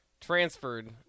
transferred